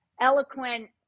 eloquent